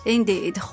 Indeed